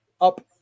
up